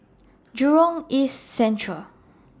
Jurong East Central